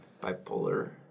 bipolar